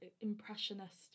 Impressionist